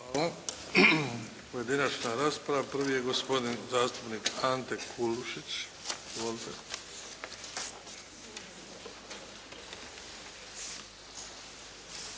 Hvala. Pojedinačna rasprava. Prvi je gospodin zastupnik Ante Kulušić. Izvolite.